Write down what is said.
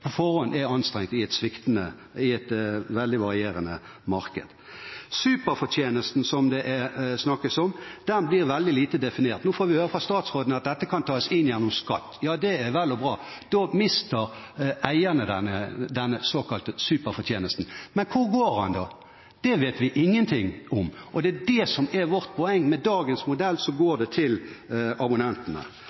forhånd er anstrengt i et veldig varierende marked. Superfortjenesten som det snakkes om, blir veldig lite definert. Nå får vi høre fra statsråden at dette kan tas inn gjennom skatt. Ja, det er vel og bra. Da mister eierne den såkalte superfortjenesten. Men hvor går den da? Det vet vi ingenting om, og det er det som er vårt poeng. Med dagens modell går det til abonnentene.